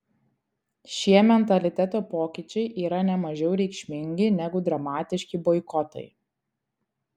šie mentaliteto pokyčiai yra ne mažiau reikšmingi negu dramatiški boikotai